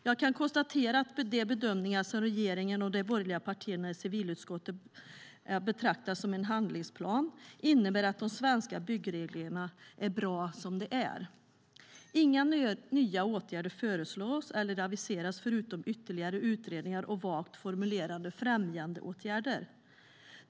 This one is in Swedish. Jag kan konstatera att de bedömningar som regeringen och de borgerliga partierna i civilutskottet betraktar som en handlingsplan innebär att de svenska byggreglerna är bra som de är. Inga nya åtgärder föreslås eller aviseras förutom ytterligare utredningar och vagt formulerade främjandeåtgärder.